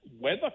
weather